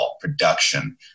production